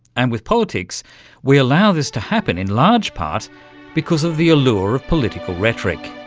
and with politics we allow this to happen in large part because of the allure of political rhetoric.